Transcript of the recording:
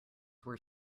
were